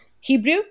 Hebrew